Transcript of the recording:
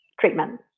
treatment